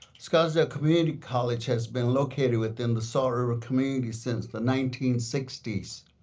scottsdale community college has been located within the salt river community since the nineteen sixty s.